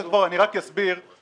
האוצר עת היה הסיפור הזה עם האברכים.